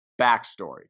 Backstory